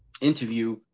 interview